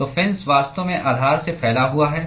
तो फिन्स वास्तव में आधार से फैला हुआ है